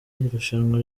irushanwa